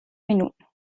minuten